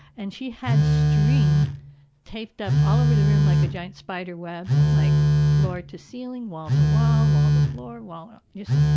and she had string taped up all over the room like a giant spider web like floor to ceiling, wall to wall, wall to floor, wall to, just,